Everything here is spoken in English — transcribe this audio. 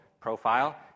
profile